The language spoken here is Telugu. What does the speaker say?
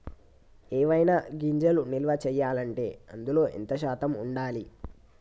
ఏవైనా గింజలు నిల్వ చేయాలంటే అందులో ఎంత శాతం ఉండాలి?